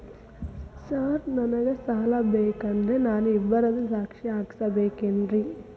Sir ನನಗೆ ಸಾಲ ಬೇಕಂದ್ರೆ ನಾನು ಇಬ್ಬರದು ಸಾಕ್ಷಿ ಹಾಕಸಬೇಕೇನ್ರಿ?